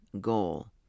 goal